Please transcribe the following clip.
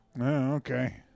okay